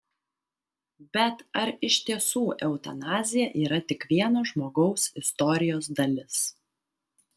bet ar iš tiesų eutanazija yra tik vieno žmogaus istorijos dalis